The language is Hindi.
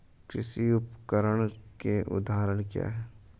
कृषि उपकरण के उदाहरण क्या हैं?